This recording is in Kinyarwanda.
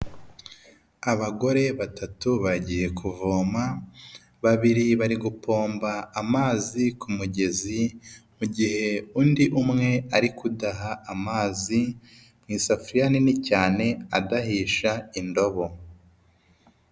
Abagore batatu bagiye kuvoma, babiri bari gupomba amazi ku mugezi, mu gihe undi umwe ari kudaha amazi mu isafuriya nini cyane adahisha indobo.